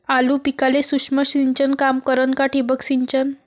आलू पिकाले सूक्ष्म सिंचन काम करन का ठिबक सिंचन?